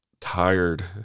tired